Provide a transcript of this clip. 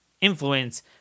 influence